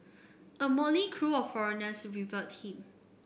a motley crew of foreigners revered him